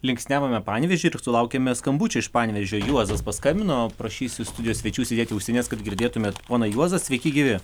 linksniavome panevėžį ir sulaukėme skambučio iš panevėžio juozas paskambino prašysiu studijos svečių užsidėti ausines kad girdėtumėt poną juozą sveiki gyvi